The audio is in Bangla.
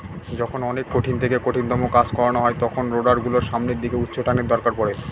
যখন অনেক কঠিন থেকে কঠিনতম কাজ করানো হয় তখন রোডার গুলোর সামনের দিকে উচ্চটানের দরকার পড়ে